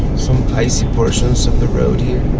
some icy portions of the road here.